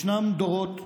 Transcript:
ישנם דורות,